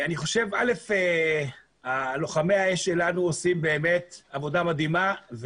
אני חושב שלוחמי האש שלנו עושים באמת עבודה מדהימה.